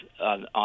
on